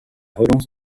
relance